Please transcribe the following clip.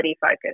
focus